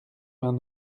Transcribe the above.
vingt